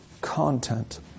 content